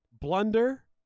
blunder